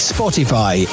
Spotify